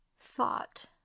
thought